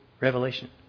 revelation